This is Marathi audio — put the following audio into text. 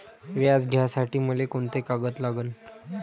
व्याज घ्यासाठी मले कोंते कागद लागन?